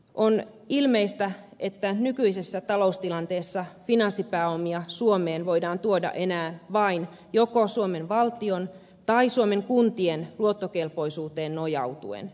on ilmeistä että nykyisessä taloustilanteessa finanssipääomia suomeen voidaan tuoda enää vain joko suomen valtion tai suomen kuntien luottokelpoisuuteen nojautuen